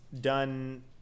done